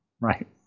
Right